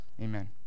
amen